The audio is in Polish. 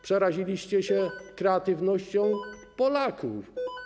Przeraziliście się kreatywności Polaków.